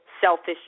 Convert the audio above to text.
selfish